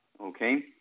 Okay